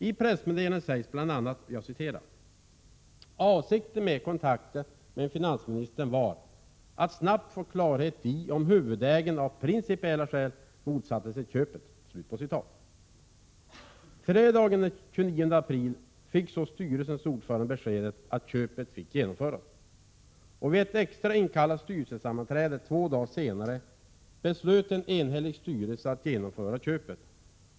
I pressmeddelandet sägs bl.a.: ”Avsikten med kontakten med finansministern var att snabbt få klarhet i om huvudägaren av principiella skäl motsatte sig köpet.” Fredagen den 29 april fick styrelsens ordförande beskedet att köpet fick genomföras. Vid ett extra inkallat styrelsemöte två dagar senare beslöt en enhällig styrelse att genomföra köpet.